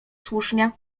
słusznie